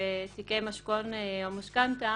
שבתיקי משכון או משכנתה,